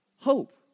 hope